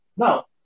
Now